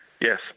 yes